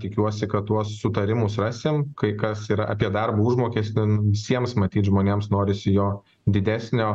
tikiuosi kad tuos sutarimus rasim kai kas yra apie darbo užmokestį visiems matyt žmonėms norisi jo didesnio